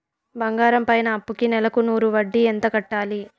బంగారం పైన అప్పుకి నెలకు నూరు వడ్డీ ఎంత కట్టాలి?